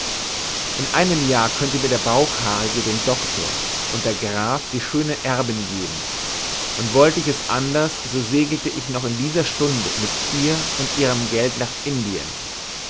in einem jahr könnte mir der bauchhaarige den doktor und der graf die schöne erbin geben und wollte ich es anders so segelte ich noch in dieser stunde mit ihr und ihrem geld nach indien